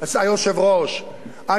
אני מציע לכם להצביע נגד,